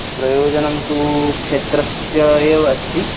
प्रयोजनं तु क्षेत्रस्य एव अस्ति